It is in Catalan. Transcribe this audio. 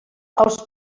els